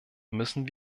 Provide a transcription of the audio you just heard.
müssen